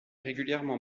régulièrement